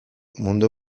mundu